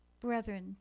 Brethren